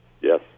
Yes